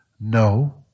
No